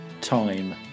time